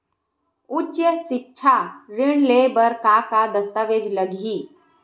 उच्च सिक्छा ऋण ले बर का का दस्तावेज लगही?